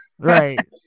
right